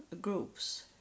groups